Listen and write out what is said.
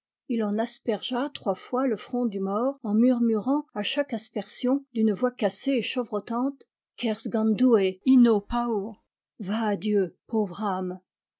il en aspergea trois fois le front du mort en murmurant à chaque aspersion d'une voix cassée et chevrotante kerz gant